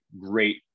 great